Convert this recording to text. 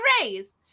raise